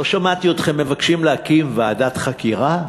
לא שמעתי אתכם מבקשים להקים ועדת חקירה,